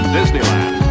Disneyland